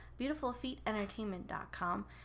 beautifulfeetentertainment.com